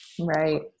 Right